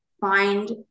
find